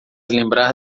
lembrar